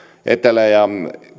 etelä ja